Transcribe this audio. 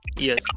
Yes